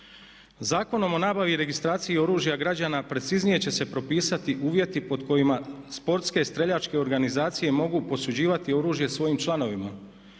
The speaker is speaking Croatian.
Zakonom o nabavi i registraciji oružja građana preciznije će se propisati uvjeti pod kojima sportske, streljačke organizacije mogu posuđivati oružje svojim članovima.